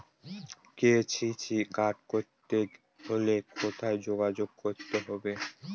KCC card করতে হলে কোথায় যোগাযোগ করতে হবে?